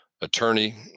attorney